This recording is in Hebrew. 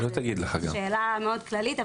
זו שאלה מאוד כללית,